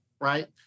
right